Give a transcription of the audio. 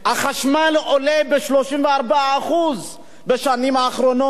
החשמל, עולה ב-34% בשנים האחרונות.